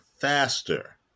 faster